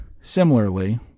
similarly